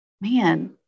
man